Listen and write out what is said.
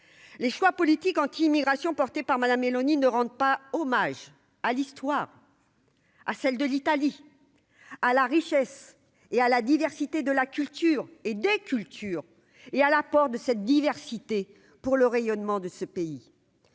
les choix politiques anti-immigration porté par madame Meloni ne rendent pas hommage à l'histoire à celle de l'Italie à la richesse et à la diversité de la culture et des cultures et à l'apport de cette diversité pour le rayonnement de ce pays,